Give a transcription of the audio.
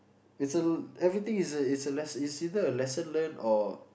it's a everything is a is a less~ is either a lesson learnt or